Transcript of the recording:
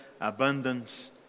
abundance